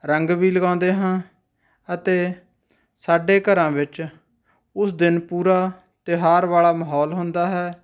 ਰੰਗ ਵੀ ਲਗਾਉਂਦੇ ਹਾਂ ਅਤੇ ਸਾਡੇ ਘਰਾਂ ਵਿੱਚ ਉਸ ਦਿਨ ਪੂਰਾ ਤਿਉਹਾਰ ਵਾਲਾ ਮਾਹੌਲ ਹੁੰਦਾ ਹੈ